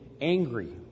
angry